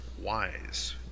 Wise